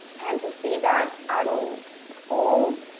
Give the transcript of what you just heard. and to see that idol fall.